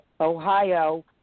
Ohio